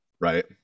Right